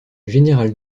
général